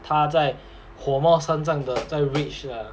他在火冒三丈的在 rage lah